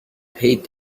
paid